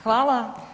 Hvala.